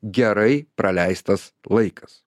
gerai praleistas laikas